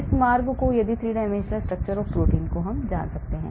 इस मार्ग को यदि 3 dimensional structure of the protein जानता हूं